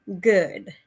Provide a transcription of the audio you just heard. good